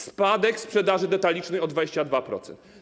Spadek sprzedaży detalicznej o 22%.